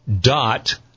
dot